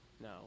No